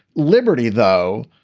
liberty, though,